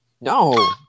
No